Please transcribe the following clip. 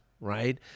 Right